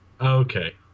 Okay